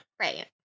Right